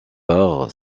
par